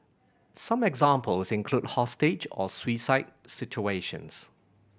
some examples include hostage or suicide situations